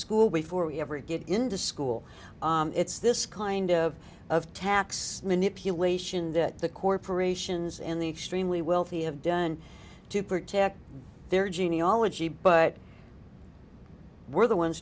school before we ever get into school it's this kind of tax manipulation that the corporations and the extremely wealthy have done to protect their genealogy but we're the ones